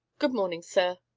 good morning, sir,